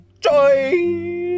joy